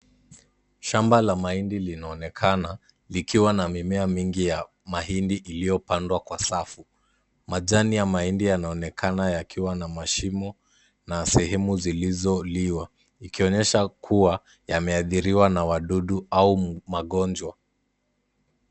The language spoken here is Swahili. Shamba la mahindi linaonekana likiwa na mimea mingi ya mahindi iliyopandwa kwa safu. Majani ya mahindi yanaonekana yakiwa na mashimo na sehemu zilizoliwa. Ikionyesha kuwa yameadhiriwa na wadudu au magonjwa.